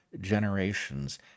generations